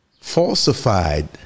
falsified